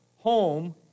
home